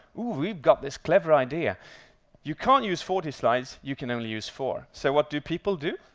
we've got this clever idea you can't use forty slides. you can only use four so what do people do?